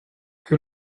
que